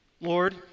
Lord